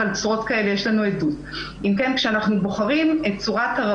אבל יש לנו עדות לצורות כאלה.